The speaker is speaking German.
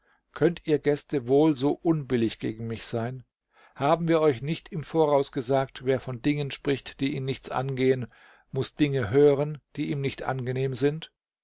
könnt ihr gäste wohl so unbillig gegen mich sein haben wir euch nicht im voraus gesagt wer von dingen spricht die ihn nichts angehen muß dinge hören die ihm nicht angenehm sind